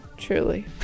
truly